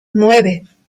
nueve